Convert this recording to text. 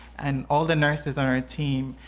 and all the nurses on our team.